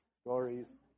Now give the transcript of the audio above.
Stories